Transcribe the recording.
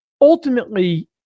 ultimately